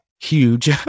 huge